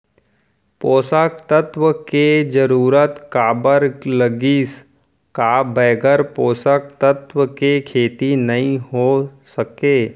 पोसक तत्व के जरूरत काबर लगिस, का बगैर पोसक तत्व के खेती नही हो सके?